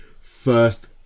first